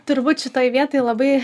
turi būt šitoj vietoj labai